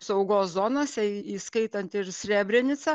saugos zonose į įskaitant ir srebrenicą